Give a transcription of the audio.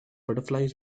butterflies